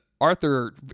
Arthur